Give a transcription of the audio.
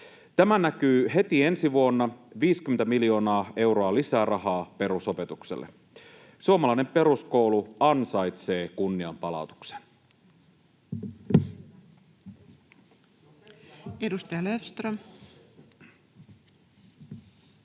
Tämä näkyy heti ensi vuonna: 50 miljoonaa euroa lisärahaa perusopetukselle. Suomalainen peruskoulu ansaitsee kunnianpalautuksen. [Speech 590]